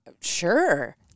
sure